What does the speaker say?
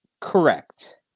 correct